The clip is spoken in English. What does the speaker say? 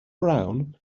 brown